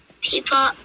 people